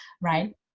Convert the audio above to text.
right